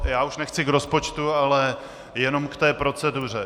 Já už nechci k rozpočtu, ale jenom k té proceduře.